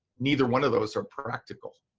neither one of those are practical.